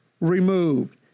removed